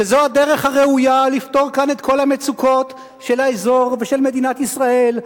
שזו הדרך הראויה לפתור כאן את כל המצוקות של האזור ושל מדינת ישראל,